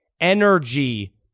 Energy